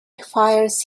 fires